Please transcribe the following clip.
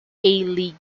league